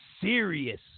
serious